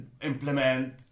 implement